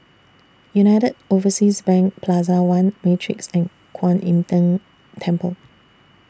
United Overseas Bank Plaza one Matrix and Kuan Im Tng Temple